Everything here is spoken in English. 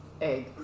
Egg